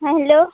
ହଁ ହ୍ୟାଲୋ